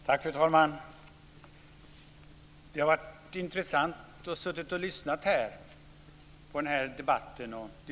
Fru talman! Det har varit intressant att lyssna på debatten.